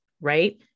right